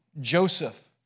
Joseph